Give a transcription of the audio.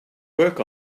work